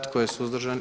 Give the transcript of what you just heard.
Tko je suzdržan?